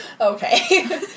Okay